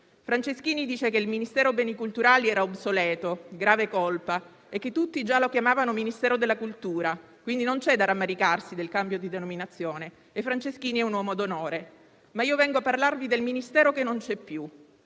Franceschini dice che il Ministero dei beni culturali era obsoleto, grave colpa, e che tutti già lo chiamavano Ministero della cultura, quindi non c'è da rammaricarsi del cambio di denominazione e Franceschini è un uomo d'onore. Ma io vengo a parlarvi del Ministero che non c'è più.